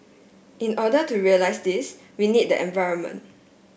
in order to realise this we need the environment